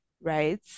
right